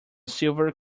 silver